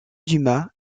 dumas